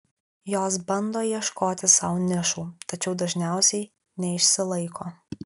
jos bando ieškoti sau nišų tačiau dažniausiai neišsilaiko